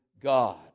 God